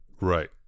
Right